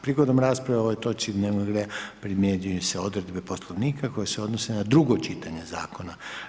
Prigodom rasprave o ovoj točci dnevnog reda primjenjuju se odredbe Poslovnika koje se odnose na drugo čitanje zakona.